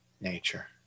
nature